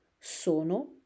Sono